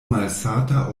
malsata